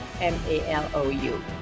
M-A-L-O-U